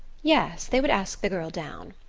yes, they would ask the girl down.